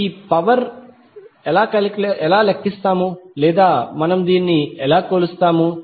ఈ పవర్ ని ఎలా లెక్కిస్తాము లేదా ఎలా కొలుస్తాము